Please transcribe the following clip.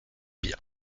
bien